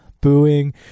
Booing